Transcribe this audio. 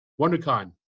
WonderCon